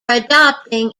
adopting